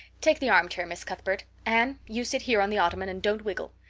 take the armchair, miss cuthbert. anne, you sit here on the ottoman and don't wiggle.